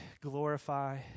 glorify